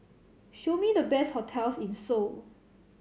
show me the best hotels in Seoul